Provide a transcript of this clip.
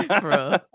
Bro